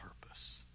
purpose